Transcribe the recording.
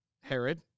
Herod